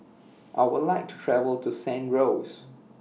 I Would like to travel to San Rose